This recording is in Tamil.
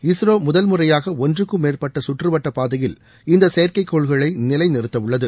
இஸ்ரோ முதல் முறையாக ஒன்றுக்கும் மேற்பட்ட கற்றுவட்டப் பாதையில் இந்த செயற்கைக்கோள்களை நிலைநிறுத்தவுள்ளது